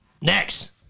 Next